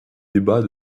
débats